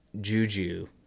juju